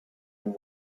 and